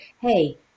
hey